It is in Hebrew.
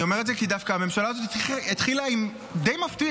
אני אומר את זה כי דווקא הממשלה הזאת התחילה באופן די מבטיח,